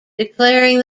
declaring